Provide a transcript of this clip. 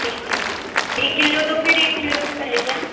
ٹھیک ہے اوکے ایک کلو تو پھر ایک کلو بک کر لیجئے آپ